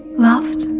loved?